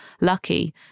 lucky